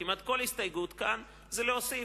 כמעט כל הסתייגות כאן היא להוסיף,